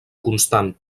constant